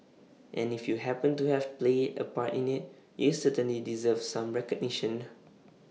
and if you happened to have played A part in IT you certainly deserve some recognition